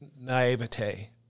naivete